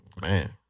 Man